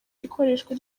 ikoreshwa